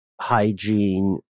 hygiene